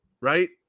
right